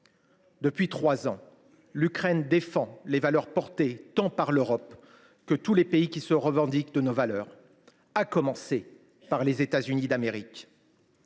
Depuis trois ans, l’Ukraine défend les valeurs portées tant par l’Europe que par tous les pays qui se revendiquent de nos valeurs, à commencer par les États Unis d’Amérique.